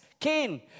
Cain